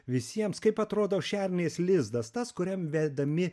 visiems kaip atrodo šernės lizdas tas kuriam vedami